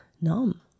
numb